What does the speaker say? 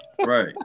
Right